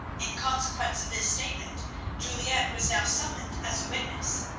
in consequence of this statement juliette was now summoned as a witness,